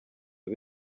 abo